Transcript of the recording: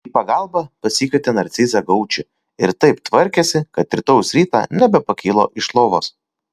į pagalbą pasikvietė narcizą gaučį ir taip tvarkėsi kad rytojaus rytą nebepakilo iš lovos